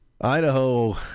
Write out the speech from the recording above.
Idaho